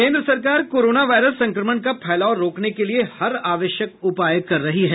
केन्द्र सरकार corona virus संक्रमण का फैलाव रोकने के लिए हर आवश्यक उपाय कर रही है